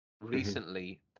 recently